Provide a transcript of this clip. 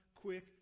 quick